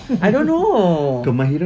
I don't know